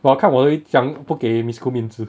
我要看我会怎样不给 miss khoo 面子